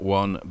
one